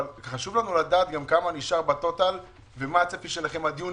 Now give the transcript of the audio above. חשוב לנו לדעת כמה נשאר בטוטל ומה הצפי שלכם עד יוני,